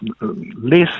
less